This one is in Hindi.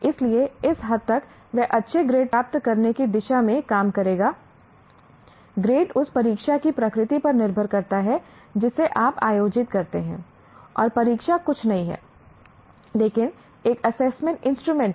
इसलिए इस हद तक वह अच्छे ग्रेड प्राप्त करने की दिशा में काम करेगा ग्रेड उस परीक्षा की प्रकृति पर निर्भर करता है जिसे आप आयोजित करते हैं और परीक्षा कुछ नहीं है लेकिन एक असेसमेंट इंस्ट्रूमेंट है